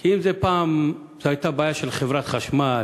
כי אם פעם זאת הייתה בעיה של חברת החשמל